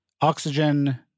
Oxygen